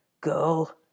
Girl